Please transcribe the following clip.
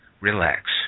relax